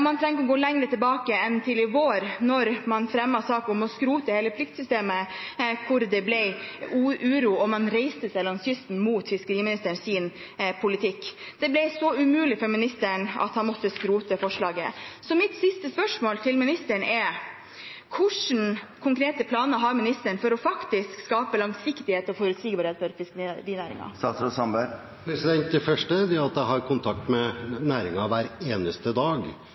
man trenger ikke å gå lenger tilbake enn til i vår, da man fremmet sak om å skrote hele pliktsystemet. Det ble uro, og man reiste seg langs kysten mot fiskeriministerens politikk. Det ble så umulig for ministeren at han måtte skrote forslaget. Så mitt siste spørsmål til ministeren er: Hvilke konkrete planer har ministeren for faktisk å skape langsiktighet og forutsigbarhet for fiskerinæringen? Det første er at jeg har kontakt med næringen hver eneste dag